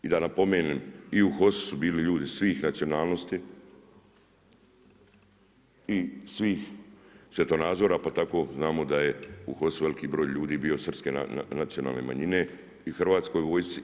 I da napomenem i u HOS-u su bili ljudi svih nacionalnosti i svih svjetonazora, pa tako znamo da je u HOS-u veliki broj ljudi bio srpske nacionalne manjine i Hrvatskoj vojsci.